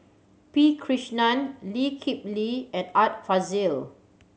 P Krishnan Lee Kip Lee and Art Fazil